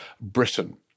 Britain